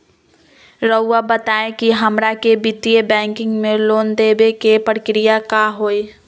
रहुआ बताएं कि हमरा के वित्तीय बैंकिंग में लोन दे बे के प्रक्रिया का होई?